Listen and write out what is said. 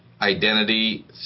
identity